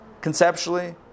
conceptually